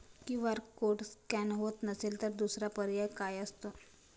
QR code scan होत नसेल तर दुसरा पर्याय काय असतो?